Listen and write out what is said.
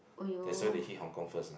that's why they hit Hong-Kong first ah